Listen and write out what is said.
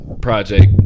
project